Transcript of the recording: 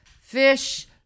fish